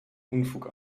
unfug